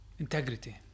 integrity